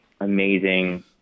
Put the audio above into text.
amazing